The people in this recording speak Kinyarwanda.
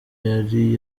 yari